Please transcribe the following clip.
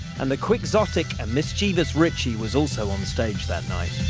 and the quixotic and mischievous ritchie was also on stage that night.